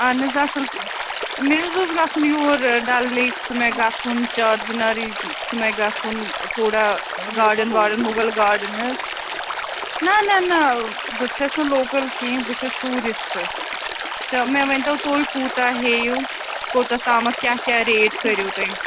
اَہَن حظ اَصٕل پٲٹھۍ مےٚ حظ اوس گژھُن یور ڈَل لیک چھِ مےٚ گژھُن چار چِناری چھُ مےٚ گژھُن تھوڑا گاڑَن واڑَن مُغل گاڑَن حظ نہ نہ نہ بہٕ چھَس نہٕ لوکَل کیٚنہہ بہٕ چھَس ٹوٗرِشٹ تہٕ مےٚ ؤنۍ تَو تُہۍ کوٗتاہ ہٮ۪یُو کۄتَتھ تامَتھ کیٛاہ کیٛاہ ریٹ کٔریو تُہۍ